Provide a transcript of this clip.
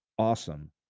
Awesome